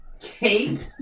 Kate